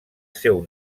seu